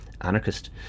anarchist